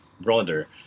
broader